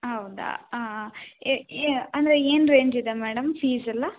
ಹೌದಾ ಏ ಏ ಅಂದರೆ ಏನು ರೇಂಜ್ ಇದೆ ಮೇಡಮ್ ಫೀಸ್ ಎಲ್ಲ